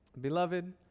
Beloved